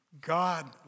God